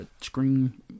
screen